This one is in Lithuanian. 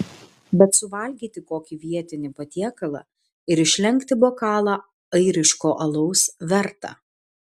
bet suvalgyti kokį vietinį patiekalą ir išlenkti bokalą airiško alaus verta